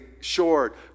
short